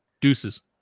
deuces